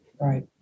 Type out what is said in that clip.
right